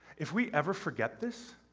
if we ever forget this,